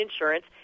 Insurance